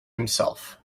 himself